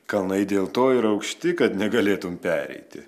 kalnai dėl to ir aukšti kad negalėtum pereiti